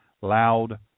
loud